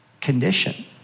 condition